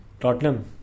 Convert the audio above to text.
Tottenham